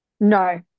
No